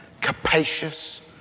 capacious